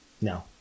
No